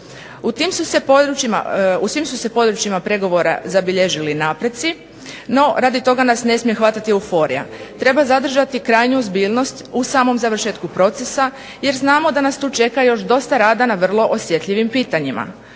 U svim su se područjima pregovora zabilježili napreci, no radi toga nas ne smije hvatati euforija. Treba zadržati krajnju ozbiljnost u samom završetku procesa, jer znamo da nas tu čeka još dosta rada na vrlo osjetljivim pitanjima.